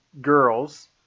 girls